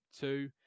two